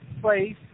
place